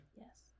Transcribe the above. Yes